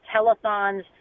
telethons